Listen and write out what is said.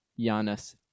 Giannis